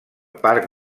parc